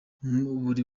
muri